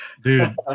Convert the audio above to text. dude